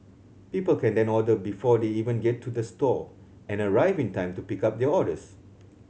people can then order before they even get to the store and arrive in time to pick up their orders